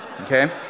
Okay